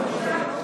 תודה, אורלי.